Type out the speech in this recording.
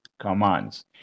Commands